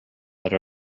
per